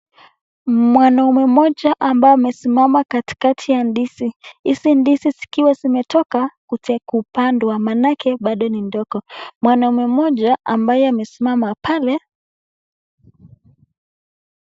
Mwanaume mmoja ambaye amesimama katikati ya ndizi. Hizi ndizi zikiwa zimetoka kupandwa maanake bado ni ndogo. Mwanaume mmoja ambaye amesimama pale.